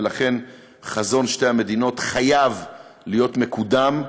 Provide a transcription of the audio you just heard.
ולכן חזון שתי המדינות חייב להיות מקודם,